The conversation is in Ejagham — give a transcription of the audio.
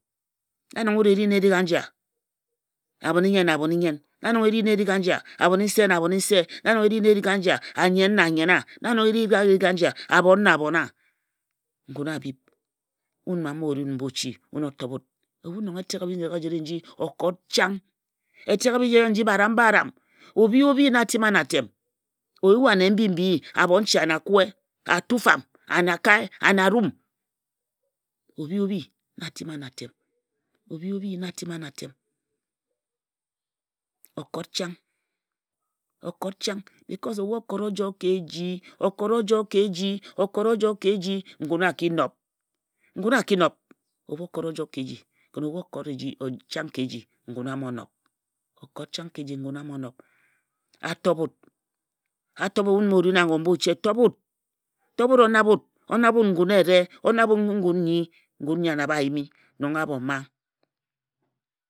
na nong e ri nna erik a ji a?na abho n-i-nnyen na abhoni-nnyen na nong e ri nna erik aji a?na nong e ri nna erik a ji-a?na a-nnyen na a nnyen-na abhon na a-bon na abhon-a?n gun a bhip. wun mma. mma o ri wun mbaochi wun o tob wut. ebhu nong etek ejire nji. okot chang. etek-i-bindeghe nji baram baram. obhi obhi na tima na atem. oyua-ane mbi mbii nbhonche. anakue; atufam aneakae. anearum. obhi obhi na a'tima na atem. obhi obhi na a tima na atem. okot chang bicos ebhu okot o joe ka eji. okot a joe ka eji ngun a ki nb ngun a ki nob ebhu okot a joe ka eji. ken ebhu okot chang ka eji ngun amo nob. a tob wut wun mma o ri wun ago mba-ochi a tob wut o nabhe wun ngun eyere a nabhe ngun nnyi ngun nnyi a nabhe a yimi. etek e bhip nnyen ejum chang.